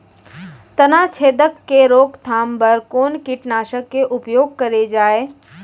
तनाछेदक के रोकथाम बर कोन कीटनाशक के उपयोग करे जाये?